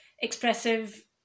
expressive